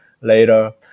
later